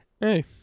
Hey